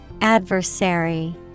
Adversary